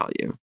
value